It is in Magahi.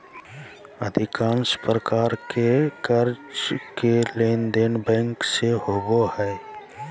अधिकांश प्रकार के कर्जा के लेनदेन बैंक से होबो हइ